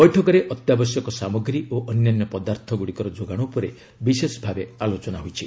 ବୈଠକରେ ଅତ୍ୟାବଶ୍ୟକ ସାମଗ୍ରୀ ଓ ଅନ୍ୟାନ୍ୟ ପଦାର୍ଥଗୁଡ଼ିକର ଯୋଗାଣ ଉପରେ ବିଶେଷ ଭାବେ ଆଲୋଚନା ହୋଇଛି